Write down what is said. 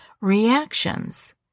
reactions